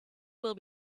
will